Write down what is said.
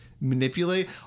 manipulate